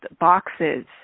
boxes